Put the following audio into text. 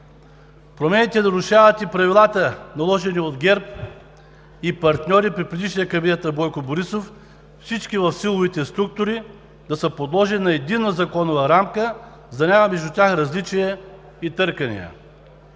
Промените нарушават и правилата, наложени от ГЕРБ и партньори при предишния кабинет на Бойко Борисов – всички в силовите структури да са подложени на единна законова рамка, за да няма между тях различия и търкания